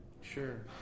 Sure